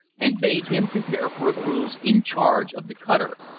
and bade him prepare for a cruise in charge of the cutter,